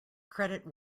credit